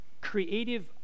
creative